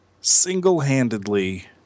single-handedly